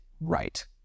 right